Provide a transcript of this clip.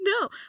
No